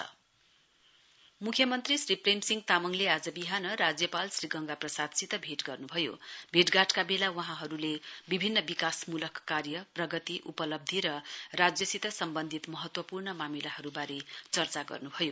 CM governor मुख्यमन्त्री श्री प्रेम सिंह तामाङले आज विहान राज्यपाल श्री गंगा प्रसादसित भेट गर्न्भयो भेटघाटका बेला वहाँहरूले विभिन्न विकासमूलक कार्य प्रगति उपलब्धी र राज्यसित सम्बन्धित महत्वपूर्ण मामिलाहरूबारे चर्चा गर्नु भयो